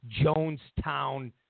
Jonestown